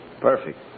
Perfect